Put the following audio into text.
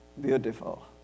Beautiful